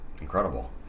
incredible